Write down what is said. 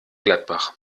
gladbach